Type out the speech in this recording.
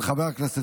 אושרה בקריאה